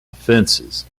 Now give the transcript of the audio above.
offenses